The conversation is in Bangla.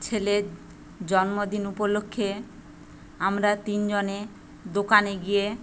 ছেলের জন্মদিন উপলক্ষে আমরা তিনজনে দোকানে গিয়ে